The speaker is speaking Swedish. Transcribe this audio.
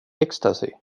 ecstasy